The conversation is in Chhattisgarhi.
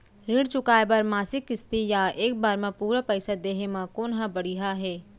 ऋण चुकोय बर मासिक किस्ती या एक बार म पूरा पइसा देहे म कोन ह बढ़िया हे?